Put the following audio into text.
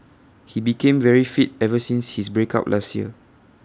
he became very fit ever since his break up last year